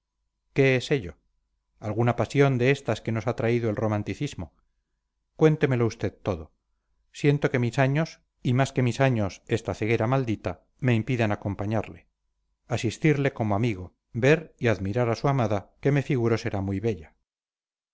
qué es ello alguna pasión de estas que nos ha traído el romanticismo cuéntemelo usted todo siento que mis años y más que mis años esta ceguera maldita me impidan acompañarle asistirle como amigo ver y admirar a su amada que me figuro será muy bella